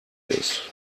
ist